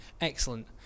Excellent